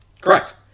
Correct